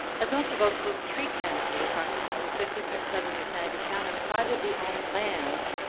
as most of oakville's tree canopy, approximately fifty seven percent is found on privately owned lands,